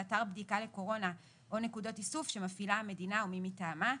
אתר בדיקה לקורונה או נקודות איסוף שמפעילה המדינה או מי מטעמה.